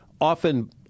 Often